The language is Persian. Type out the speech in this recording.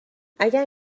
اگر